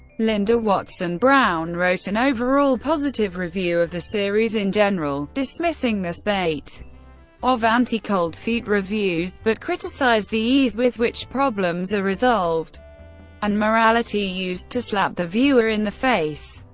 linda watson-brown wrote an overall positive review of the series in general dismissing the spate of anti-cold feet reviews but criticised the ease with which problems are resolved and morality used to slap the viewer in the face.